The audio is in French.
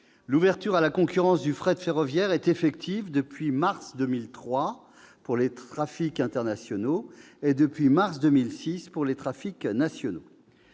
l'ouverture à la concurrence du fret ferroviaire est effective depuis mars 2003 pour les trafics internationaux et depuis mars 2006 pour les trafics nationaux.